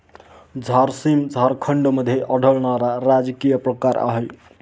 झारसीम झारखंडमध्ये आढळणारा राजकीय प्रकार आहे